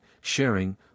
sharing